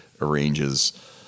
arranges